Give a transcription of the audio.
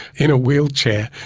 in a wheelchair.